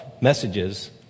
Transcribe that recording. messages